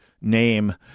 name